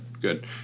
good